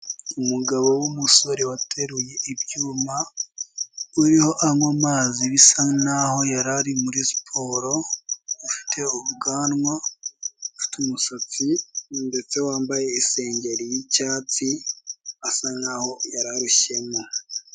Umugabo w'umusore wateruye ibyuma uriho anywa amazi, bisa naho yarari muri siporo ufite ubwanwa, ufite umusatsi ndetse wambaye isengeri y'icyatsi, asa nkaho yari arushyemo.